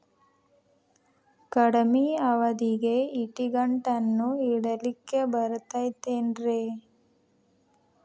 ಕಡಮಿ ಅವಧಿಗೆ ಇಡಿಗಂಟನ್ನು ಇಡಲಿಕ್ಕೆ ಬರತೈತೇನ್ರೇ?